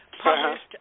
published